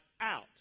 out